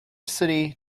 city